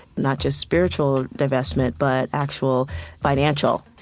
not just spiritual divestment, but actual financial,